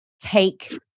take